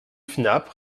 fnap